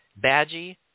Badgie